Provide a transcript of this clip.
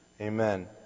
Amen